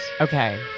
okay